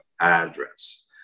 address